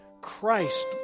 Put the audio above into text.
Christ